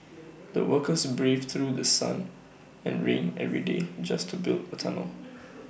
the workers braved through sun and rain every day just to build A tunnel